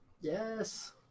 Yes